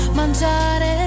mangiare